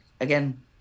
again